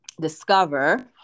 discover